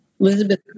Elizabeth